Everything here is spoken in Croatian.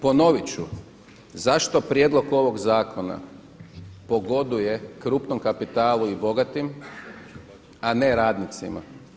Ponovit ću, zašto prijedlog ovog zakona pogoduje krupnom kapitalu i bogatim, a ne radnicima.